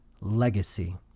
legacy